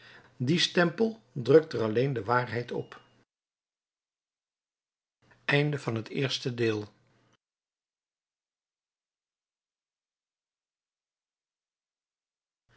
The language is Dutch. dien stempel drukt er alleen de waarheid op